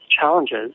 challenges